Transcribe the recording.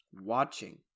watching